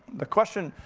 the question,